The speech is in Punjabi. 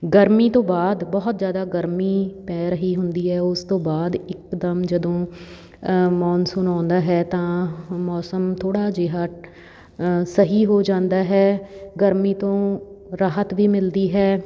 ਗਰਮੀ ਤੋਂ ਬਾਅਦ ਬਹੁਤ ਜ਼ਿਆਦਾ ਗਰਮੀ ਪੈ ਰਹੀ ਹੁੰਦੀ ਹੈ ਉਸ ਤੋਂ ਬਾਅਦ ਇੱਕਦਮ ਜਦੋਂ ਮੌਨਸੂਨ ਆਉਂਦਾ ਹੈ ਤਾਂ ਮੌਸਮ ਥੋੜ੍ਹਾ ਜਿਹਾ ਸਹੀ ਹੋ ਜਾਂਦਾ ਹੈ ਗਰਮੀ ਤੋਂ ਰਾਹਤ ਵੀ ਮਿਲਦੀ ਹੈ